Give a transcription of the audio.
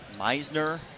Meisner